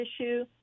issue